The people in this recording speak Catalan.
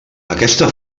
aquesta